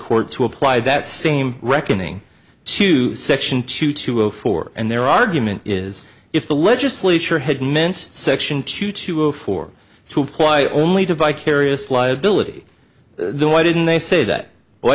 court to apply that same reckoning to section two to zero four and their argument is if the legislature had meant section two to four to apply only to vicarious liability then why didn't they say that why